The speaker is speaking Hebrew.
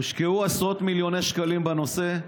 הושקעו עשרות מיליוני שקלים בנושא,